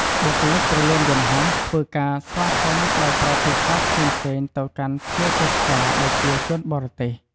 បុគ្គលិកព្រលានយន្តហោះ ធ្វើការស្វាគមន៍ ដោយប្រើភាសាផ្សេងៗទៅកាន់ភ្ញៀវទេសចរណ៍ ដែលជាជនបរទេស។